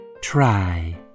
Try